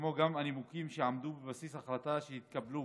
כמו גם הנימוקים שעמדו בבסיס ההחלטות שהתקבלו